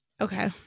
Okay